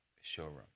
showroom